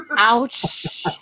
Ouch